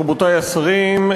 רבותי השרים,